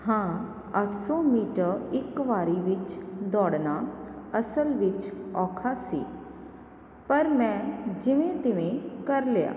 ਹਾਂ ਅੱਠ ਸੌ ਮੀਟਰ ਇੱਕ ਵਾਰੀ ਵਿੱਚ ਦੌੜਨਾ ਅਸਲ ਵਿੱਚ ਔਖਾ ਸੀ ਪਰ ਮੈਂ ਜਿਵੇਂ ਤਿਵੇਂ ਕਰ ਲਿਆ